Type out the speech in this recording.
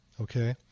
okay